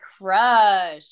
crush